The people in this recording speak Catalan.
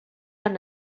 han